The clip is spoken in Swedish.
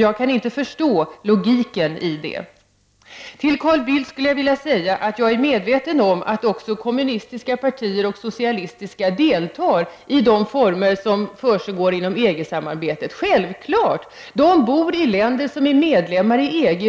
Jag kan inte förstå logiken i detta. Till Carl Bildt skulle jag vilja säga att jag är medveten om att också kommunistiska och socialistiska partier deltar i det samarbete som försiggår inom EG. Det är självklart! De verkar i länder som är medlemmar i EG,